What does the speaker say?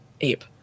ape